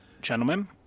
gentlemen